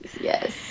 yes